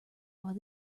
while